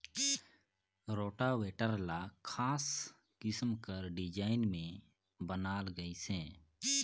rotavator ल खास किसम कर डिजईन में बनाल गइसे